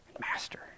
master